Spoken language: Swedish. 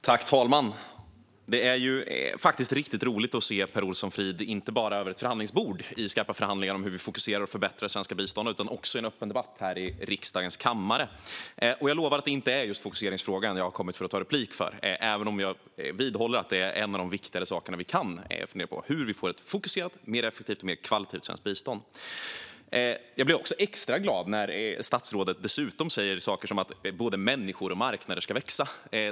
Fru talman! Det är faktiskt riktigt roligt att se Per Olsson Fridh inte bara över ett förhandlingsbord i skarpa förhandlingar om hur vi fokuserar och förbättrar det svenska biståndet utan också i en öppen debatt här i riksdagens kammare! Jag lovar att det inte är just på grund av fokuseringsfrågan jag har begärt replik, även om jag vidhåller att den är en av de viktigare saker vi kan fundera på: Hur får vi ett fokuserat, mer effektivt och mer kvalitativt svenskt bistånd? Jag blir extra glad när statsrådet dessutom säger saker som att både människor och marknader ska växa.